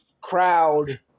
crowd